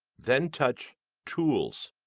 then touch tools.